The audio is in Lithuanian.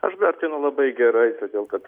aš vertinu labai gerai todėl kad